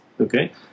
okay